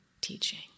teaching